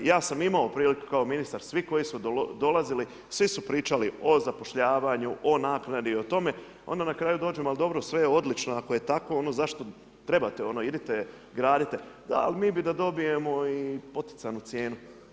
A ja sam imao priliku kao ministar, svi koji su dolazili svi su pričali o zapošljavanju, o naknadi i o tome, onda na kraju dođemo ali dobro sve je odlično ako je tako zašto trebate, idite, gradite, da ali mi bi da dobijemo i poticajnu cijenu.